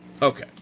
Okay